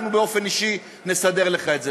אנחנו, באופן אישי, נסדר לך את זה.